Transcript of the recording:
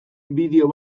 bideo